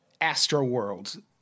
Astroworld